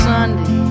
Sunday